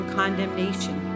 condemnation